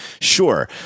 sure